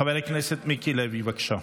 חבר הכנסת מיקי לוי, בבקשה.